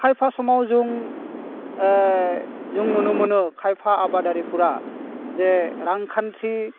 खायफा समाव जों जों नुनो मोनो खायफा आबादारिफोरा जे रांखान्थि